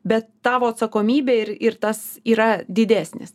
bet tavo atsakomybė ir ir tas yra didesnis